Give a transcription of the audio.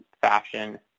fashion